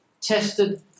tested